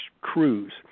crews